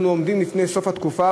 אנחנו עומדים לפני סוף התקופה,